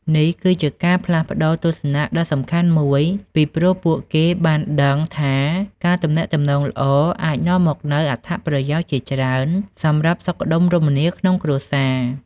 នេះគឺជាការផ្លាស់ប្តូរទស្សនៈដ៏សំខាន់មួយ ពីព្រោះពួកគេបានដឹងថា ការទំនាក់ទំនងល្អអាចនាំមកនូវអត្ថប្រយោជន៍ជាច្រើនសម្រាប់សុខដុមរមនាក្នុងគ្រួសារ។